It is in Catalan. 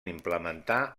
implementar